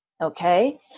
Okay